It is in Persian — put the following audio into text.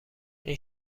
این